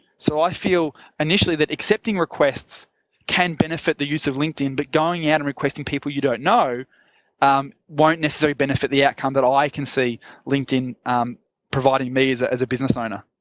so i feel initially, that accepting requests can benefit the use of linkedin, but going out and requesting people you don't know um won't necessarily benefit the outcome that i can see linkedin providing me as ah as a business owner.